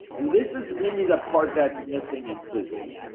and this is really the part that's missing in physics.